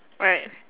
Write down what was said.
alright